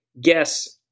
guess